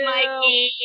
Mikey